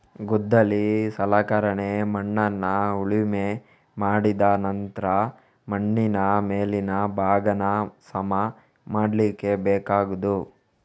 ಗುದ್ದಲಿ ಸಲಕರಣೆ ಮಣ್ಣನ್ನ ಉಳುಮೆ ಮಾಡಿದ ನಂತ್ರ ಮಣ್ಣಿನ ಮೇಲಿನ ಭಾಗಾನ ಸಮ ಮಾಡ್ಲಿಕ್ಕೆ ಬೇಕಾಗುದು